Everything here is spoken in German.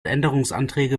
änderungsanträge